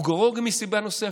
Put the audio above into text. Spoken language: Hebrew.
הוא גרוע גם מסיבה נוספת: